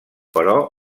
però